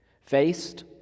faced